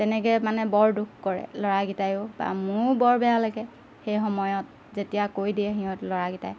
তেনেকৈ মানে বৰ দুখ কৰে ল'ৰাকেইটায়ো বা মোৰো বৰ বেয়া লাগে সেই সময়ত যেতিয়া কৈ দিয়ে সিহঁত ল'ৰাকেইটাই